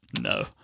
No